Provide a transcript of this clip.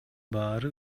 баары